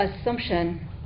assumption